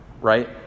right